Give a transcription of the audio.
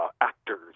actors